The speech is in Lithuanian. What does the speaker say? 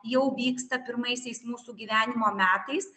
jau vyksta pirmaisiais mūsų gyvenimo metais